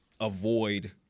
avoid